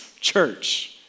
church